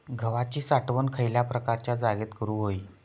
गव्हाची साठवण खयल्या प्रकारच्या जागेत करू होई?